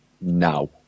now